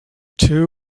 two